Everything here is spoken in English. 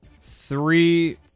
three